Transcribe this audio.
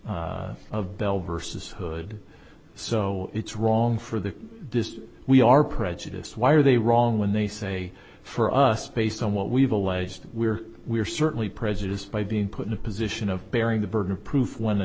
realm of bell vs hood so it's wrong for the dis we are prejudice why are they wrong when they say for us based on what we've alleged we're we're certainly prejudiced by being put in a position of bearing the burden of proof when the